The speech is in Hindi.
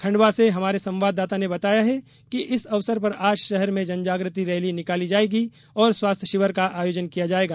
खंडवा से हमारे संवाददाता ने बताया है कि इस अवसर पर आज शहर में जनजाग्रति रैली निकाली जायेगी और स्वास्थ्य शिविर का आयोजन किया जायेगा